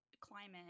climate